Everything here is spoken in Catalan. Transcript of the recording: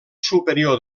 superior